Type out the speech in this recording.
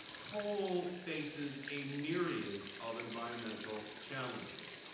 coal faces a myriad of environmental challenges.